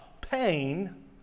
pain